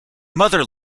mother